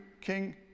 King